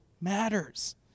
matters